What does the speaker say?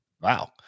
Wow